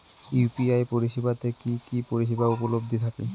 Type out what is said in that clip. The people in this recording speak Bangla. ইউ.পি.আই পরিষেবা তে কি কি পরিষেবা উপলব্ধি থাকে?